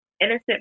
innocent